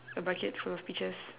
a bucket full of peaches